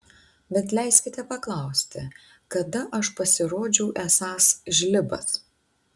bet leiskite paklausti kada aš pasirodžiau esąs žlibas